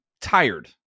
tired